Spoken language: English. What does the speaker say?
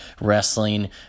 wrestling